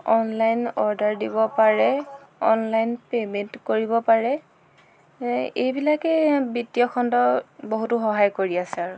online order দিব পাৰে online payment কৰিব পাৰে এইবিলাকেই বিত্তীয় খণ্ডক বহুতো সহায় কৰি আছে আৰু